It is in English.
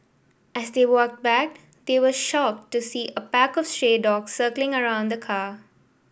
as they walked back they were shocked to see a pack of stray dogs circling around the car